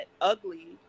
ugly